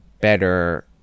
better